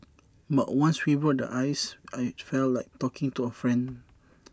but once we broke the ice IT felt like talking to A friend